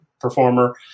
performer